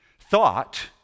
Thought